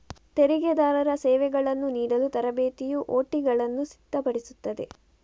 ತೆರಿಗೆದಾರರ ಸೇವೆಗಳನ್ನು ನೀಡಲು ತರಬೇತಿಯು ಒ.ಟಿಗಳನ್ನು ಸಿದ್ಧಪಡಿಸುತ್ತದೆ